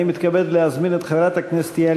אני מתכבד להזמין את חברת הכנסת יעל